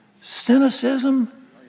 Cynicism